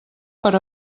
per